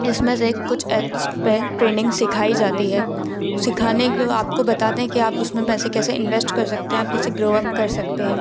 इसमें से कुछ ऐप्स पर ट्रेंडिंग सिखाई जाती है सीखाने को आपको बताते हैं की आप उसमें पैसे कैसे इन्वेस्ट कर सकते है आप कैसे ग्रो अप कर सकते हैं